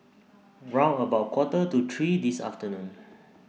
round about Quarter to three This afternoon